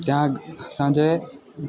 ત્યાં સાંજે